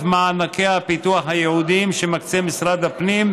מענקי הפיתוח הייעודיים שמקצה משרד הפנים,